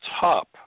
top